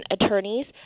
attorneys